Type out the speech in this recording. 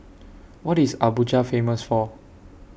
What IS Abuja Famous For